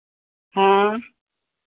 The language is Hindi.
हाँ